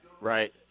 Right